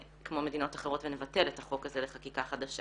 כמו מדינות אחרות ונבטל את החוק הזה לחקיקה חדשה.